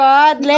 God